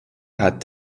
hat